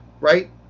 right